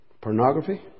Pornography